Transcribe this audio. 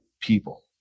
people